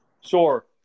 Sure